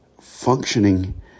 functioning